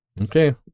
Okay